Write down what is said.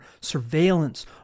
surveillance